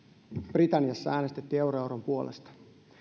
britanniassa äänestettiin euroeron puolesta